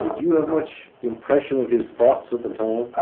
you have much impression of his thoughts at the time?